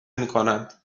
میکند